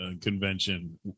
convention